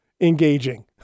engaging